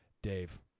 Dave